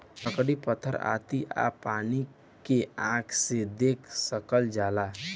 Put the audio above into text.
लकड़ी पत्थर आती आ पानी के आँख से देख सकल जाला